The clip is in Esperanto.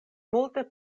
multe